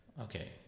okay